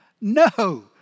No